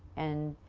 and